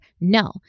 No